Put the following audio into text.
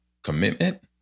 Commitment